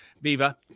viva